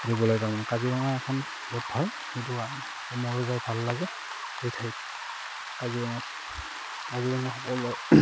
ঘূৰিবলৈ তাৰমানে কাজিৰঙা এখন বৰ ভাল সেইটো কাৰণে মোৰো যাই ভাল লাগে সেই ঠাইত কাজিৰঙাত কাজিৰঙা সকলো